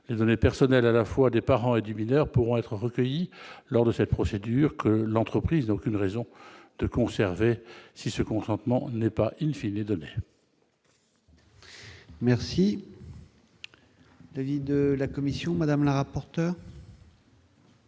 les données personnelles à la fois des parents et des mineurs pourront être recueillis lors de cette procédure que l'entreprise d'aucune raison de conserver si ce consentement n'est pas, il fit les données. La vie de la commission Madame la rapporteur.